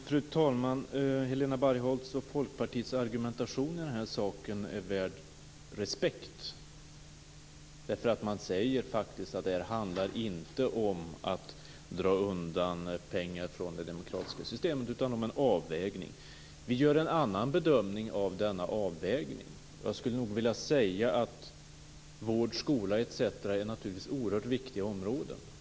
Fru talman! Helena Bargholtz och Folkpartiets argumentation i denna sak är värd respekt, därför att man säger att detta inte handlar om att dra undan pengar från det demokratiska systemet utan om en avvägning. Vi gör en annan bedömning av denna avvägning. Och jag skulle nog vilja säga att vård, skola, etc. naturligtvis är oerhört viktiga områden.